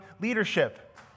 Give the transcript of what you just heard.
leadership